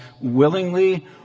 willingly